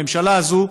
הממשלה הזאת,